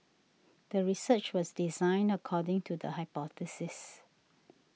the research was designed according to the hypothesis